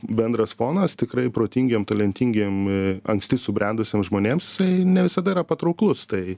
bendras fonas tikrai protingiem talentingiem anksti subrendusiem žmonėms ne visada yra patrauklus tai